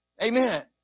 Amen